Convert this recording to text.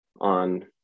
on